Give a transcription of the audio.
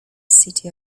city